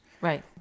Right